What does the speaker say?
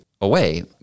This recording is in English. away